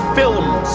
films